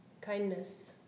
Kindness